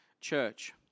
church